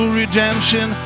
redemption